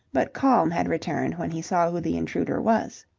but calm had returned when he saw who the intruder was.